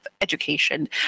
education